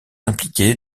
impliqué